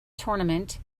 tournament